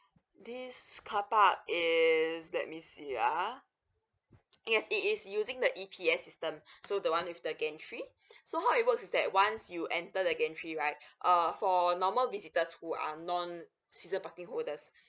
this carpark is let me see ah yes it is using the E_P_S system so the one with the gantry so how it works that once you enter the gantry right uh for normal visitors who are non season parking holders